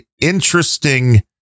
interesting